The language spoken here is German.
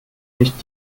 nicht